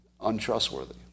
untrustworthy